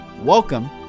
Welcome